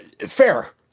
Fair